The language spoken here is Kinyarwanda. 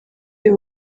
uyu